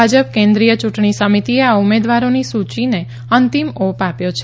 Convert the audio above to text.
ભાજપ કેન્દ્રીય યુંટણી સમિતિએ આ ઉમેદવારોની સૂચિને અંતિમ ઓપ આપ્યો છે